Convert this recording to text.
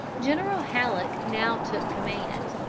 general halleck now took command,